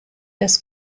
des